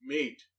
Meat